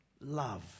love